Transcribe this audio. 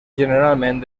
generalment